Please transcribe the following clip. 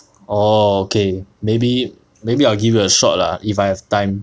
orh okay maybe maybe I'll give it a shot lah if I have time